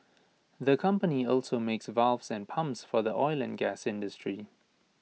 the company also makes valves and pumps for the oil and gas industry